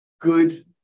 good